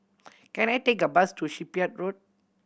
can I take a bus to Shipyard Road